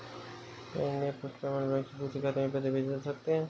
क्या India Post Payment Bank से दूसरे खाते में पैसे भेजे जा सकते हैं?